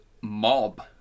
Mob